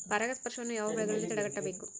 ಪರಾಗಸ್ಪರ್ಶವನ್ನು ಯಾವ ಬೆಳೆಗಳಲ್ಲಿ ತಡೆಗಟ್ಟಬೇಕು?